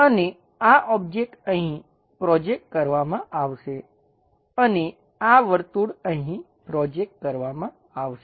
અને આ ઓબ્જેક્ટ અહીં પ્રોજેકટ કરવામાં આવશે અને આ વર્તુળ અહીં પ્રોજેકટ કરવામાં આવશે